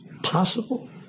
possible